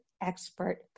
expert